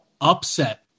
upset